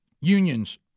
Unions